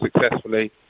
successfully